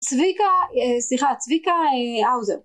צביקה.. סליחה, צביקה.. אה.. האוזר